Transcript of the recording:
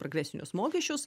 progresinius mokesčius